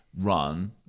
run